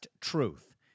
Truth